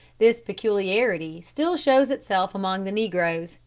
this peculiarity still shows itself among the negroes,